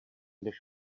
než